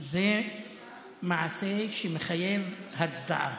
זה מעשה שמחייב הצדעה.